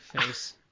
face